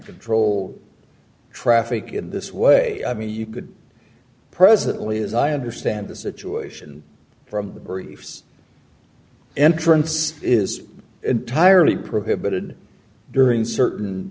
control traffic in this way i mean you could presently as i understand the situation from briefs entrance is entirely prohibited during certain